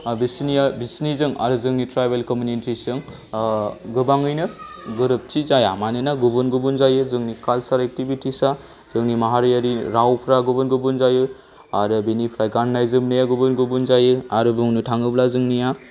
बिसोरनिया बिसोरनिजों आरो जोंनि ट्रायबेल कमिउनिटिसजों गोबाङैनो गोरोबथि जाया मानोना गुबुन गुबुन जायो जोंनि काल्चार एक्टिभिटिसआ जोंनि माहारियारि रावफोरा गुबुन गुबुन जायो आरो बेनिफ्राय गाननाय जोमनाया गुबुन गुबुन जायो आरो बुंनो थाङोब्ला जोंनिया